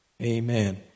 Amen